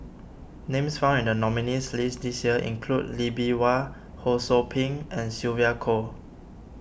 names found in the nominees' list this year include Lee Bee Wah Ho Sou Ping and Sylvia Kho